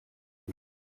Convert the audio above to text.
ihm